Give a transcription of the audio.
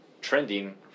trending